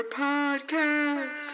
podcast